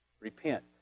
Repent